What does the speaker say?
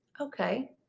Okay